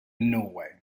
norway